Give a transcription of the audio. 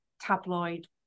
tabloid